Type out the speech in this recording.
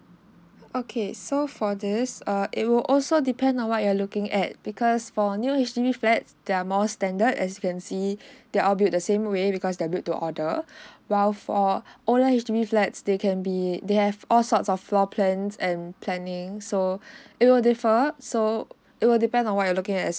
okay so for this err it will also depend on what you're looking at because for new H_D_B flats there are more standard as you can see there are all build the same way because their built to order while for older H_D_B flats they can be they have all sorts of floor plans and planning so it will differ so it will depend on what you're looking at as